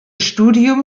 studium